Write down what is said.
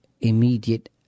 immediate